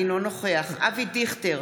אינו נוכח אבי דיכטר,